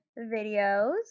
videos